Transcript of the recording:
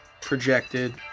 projected